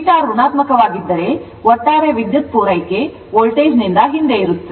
Θ ಋಣಾತ್ಮಕವಾಗಿದ್ದರೆ ಒಟ್ಟಾರೆ ವಿದ್ಯುತ್ ಪೂರೈಕೆ ವೋಲ್ಟೇಜ್ ನಿಂದ ಹಿಂದೆ ಇರುತ್ತದೆ